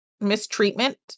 mistreatment